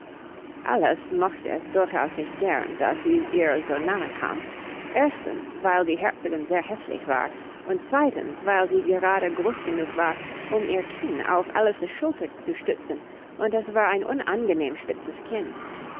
alice mochte es durchaus nicht gern daß sie ihr so nahe kam erstens weil die herzogin sehr häßlich war und zweitens weil sie gerade groß genug war um ihr kinn auf alice's schulter zu stützen und es war ein unangenehm spitzes kinn